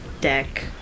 deck